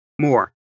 more